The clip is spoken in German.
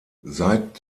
seit